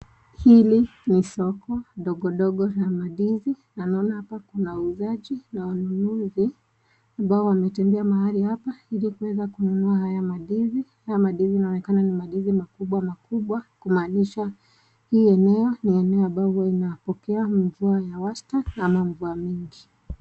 Hili ni soko ndogondogo la mandizi na naona hapa kuna wauzaji na wanunuzi, ambao wametembea mahali hapa ili kuweza kununua haya mandizi, haya mandizi yanaonekana ni mandizi makubwa makubwa kumaanisha hii eneo ni eneo ambayo inapokea mvua ya wastani ama mvua mingi.